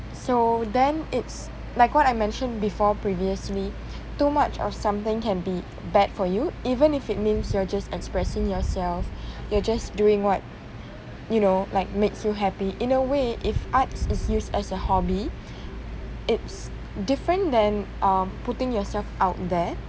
so then it's like what I mentioned before previously too much of something can be bad for you even if it means you're just expressing yourself you're just doing what you know like makes you happy in a way if arts is used as a hobby it's different than um putting yourself out there